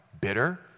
bitter